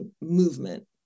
movement